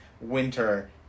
winter